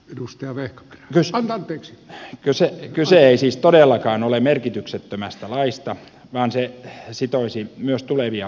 edustaja veikko rusama pyksi kyse on kyse ei siis todellakaan ole merkityksettömästä laista vaan se sitoisi myös tulevia hallituksia